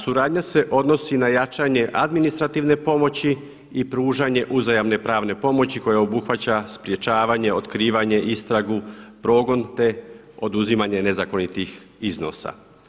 Suradnja se odnosi na jačanje administrativne pomoći i pružanje uzajamne pravne pomoći koja obuhvaća sprečavanje, otkrivanje, istragu, progon, te oduzimanje nezakonitih iznosa.